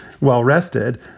well-rested